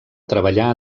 treballà